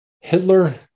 Hitler